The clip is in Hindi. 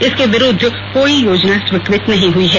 इसके विरुद्ध कोई योजना स्वीकृत नहीं हुई है